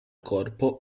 corpo